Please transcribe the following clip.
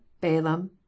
balaam